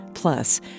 Plus